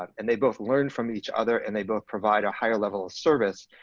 and they both learn from each other and they both provide a higher level of service,